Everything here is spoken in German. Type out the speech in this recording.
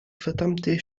verdammte